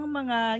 mga